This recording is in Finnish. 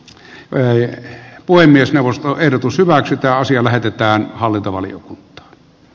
loi puhemiesneuvoston ehdotus hyväksytä asia lähetetään hallintovaliokunta a